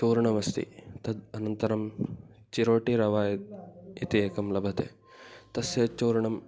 चूर्णमस्ति तद् अनन्तरं चिरोटिरव इति एकं लभते तस्य चूर्णं